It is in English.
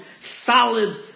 solid